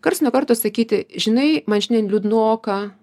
karts nuo karto sakyti žinai man šiandien liūdnoka